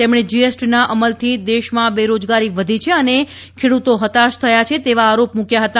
તેમણે જીએસટીના અમલથી દેશમાં બેરોજગારી વધી છે અને ખેડૂતો હતાશ થયા છે તેવો આરોપ મૂક્યો હતો